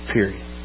Period